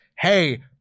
hey